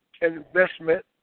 Investment